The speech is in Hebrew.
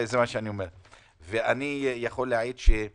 אני יכול להעיד על